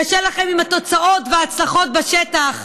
קשה לכם עם התוצאות וההצלחות בשטח,